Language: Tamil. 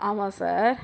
ஆமாம் சார்